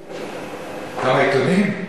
כמה עיתונים יש?